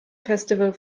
festival